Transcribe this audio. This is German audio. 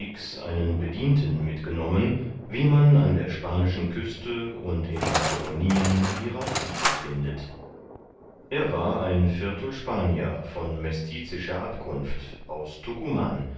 einen bedienten mitgenommen wie man an der spanischen küste und in den kolonien ihrer viele findet er war ein viertelsspanier von mestizischer abkunft aus